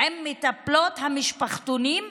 עם מטפלות המשפחתונים,